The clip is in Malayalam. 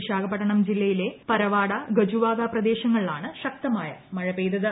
വിശാഖപട്ടണം ജില്ലയിലെ പരവാഡ ഗജുവാക പ്രദേശങ്ങളിലാണ് ശക്തമായ മഴ പെയ്തത്